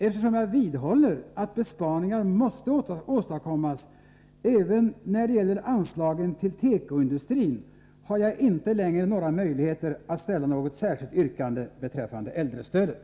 Eftersom jag vidhåller att besparingar måste åstadkommas även när det gäller anslagen till tekoindustrin, har jag inte längre några möjligheter att framställa något särskilt yrkande beträffande äldrestödet.